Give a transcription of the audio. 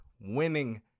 winning